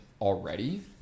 already